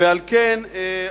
ועל כן,